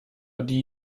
die